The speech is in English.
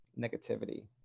negativity